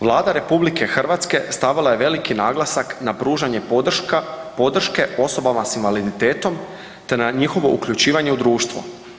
Vlada RH stavila je veliki naglasak na pružanje podrške osobama s invaliditetom te na njihovo uključivanje u društvo.